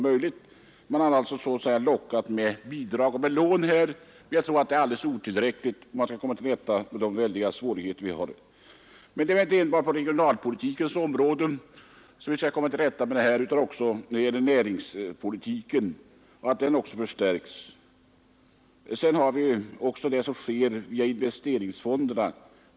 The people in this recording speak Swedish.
Det har bl.a. lockats med bidrag och lån, men jag tror att det är alldeles otillräckligt för att komma till rätta med de väldiga svårigheter vi har. Men det är inte enbart på regionalpolitikens område som vi skall komma till rätta med svårigheterna, utan vi skall också förstärka näringspolitiken. Sedan har vi det som sker via investeringsfonderna.